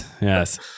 yes